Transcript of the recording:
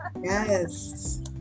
Yes